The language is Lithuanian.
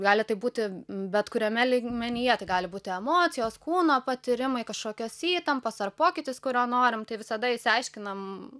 gali taip būti bet kuriame lygmenyje tai gali būti emocijos kūno patyrimai kažkokios įtampos ar pokytis kurio norim tai visada išsiaiškinam